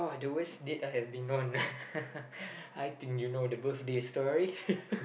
!wah! the ways that I have been on I think you know the birthday story